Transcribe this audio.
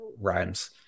rhymes